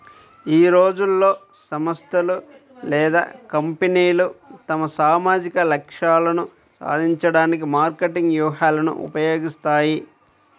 ఈ రోజుల్లో, సంస్థలు లేదా కంపెనీలు తమ సామాజిక లక్ష్యాలను సాధించడానికి మార్కెటింగ్ వ్యూహాలను ఉపయోగిస్తాయి